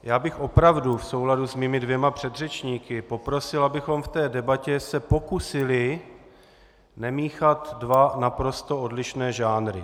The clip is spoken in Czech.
Já bych opravdu v souladu s mými dvěma předřečníky poprosil, abychom se v debatě pokusili nemíchat dva naprosto odlišné žánry.